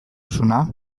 duzuna